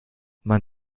man